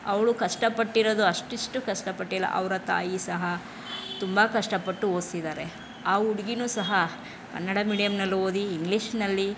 ಅವಳು ಕಷ್ಟ ಪಟ್ಟಿರೋದು ಅಷ್ಟಿಷ್ಟು ಕಷ್ಟ ಪಟ್ಟಿಲ್ಲ ಅವರ ತಾಯಿ ಸಹ ತುಂಬ ಕಷ್ಟಪಟ್ಟು ಓದಿಸಿದ್ದಾರೆ ಆ ಹುಡ್ಗಿಯೂ ಸಹ ಕನ್ನಡ ಮೀಡಿಯಮ್ಮಿನಲ್ಲಿ ಓದಿ ಇಂಗ್ಲಿಷಿನಲ್ಲಿ